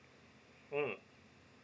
mm